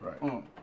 Right